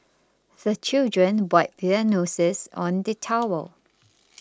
the children wipe their noses on the towel